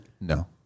No